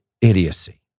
idiocy